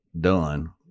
done